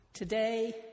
Today